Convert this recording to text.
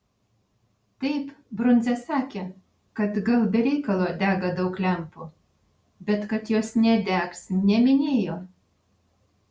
taip brundza sakė kad gal be reikalo dega daug lempų bet kad jos nedegs neminėjo